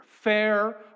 fair